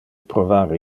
provar